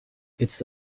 its